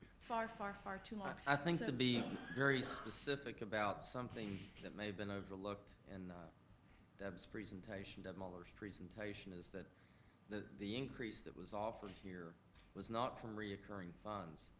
far, far, far too long. i think to be very specific about something that may have been overlooked in deb's presentation, deb muller's presentation, is that the the increase that was offered here was not from reoccurring funds.